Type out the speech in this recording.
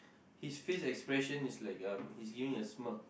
his face expression is like um he's giving a smirk